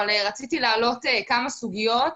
אבל רציתי להעלות כמה סוגיות.